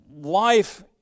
Life